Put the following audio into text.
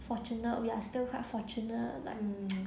fortunate we are still quite fortunate like